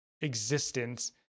existence